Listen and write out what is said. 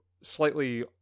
slightly